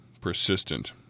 persistent